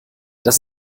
das